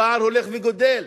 הפער הולך וגדל.